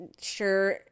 sure